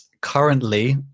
currently